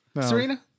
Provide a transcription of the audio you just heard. Serena